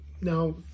Now